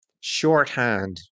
shorthand